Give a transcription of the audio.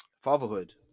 Fatherhood